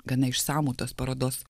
gana išsamų tos parodos